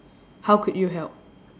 how could you help